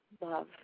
love